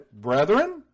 brethren